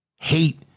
hate